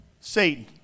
Satan